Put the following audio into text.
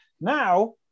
Now